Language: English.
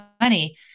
money